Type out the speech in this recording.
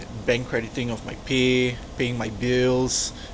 bank crediting of my pay paying my bills